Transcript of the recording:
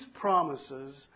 promises